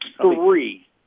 three